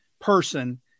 person